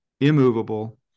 immovable